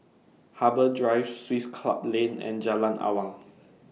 Harbour Drive Swiss Club Lane and Jalan Awang